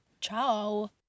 Ciao